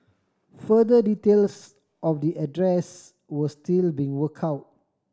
further details of the address were still being work out